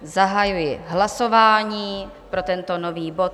Zahajuji hlasování pro tento nový bod.